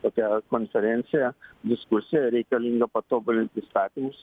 tokią konferenciją diskusiją reikalinga patobulint įstatymus